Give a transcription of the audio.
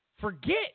forget